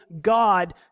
God